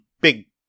big